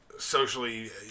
Socially